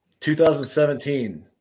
2017